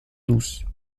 douce